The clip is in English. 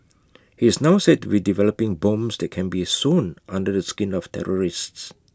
he is now said to be developing bombs that can be sewn under the skin of terrorists